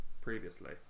previously